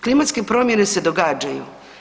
Klimatske promjene se događaju.